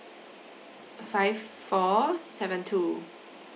five four seven two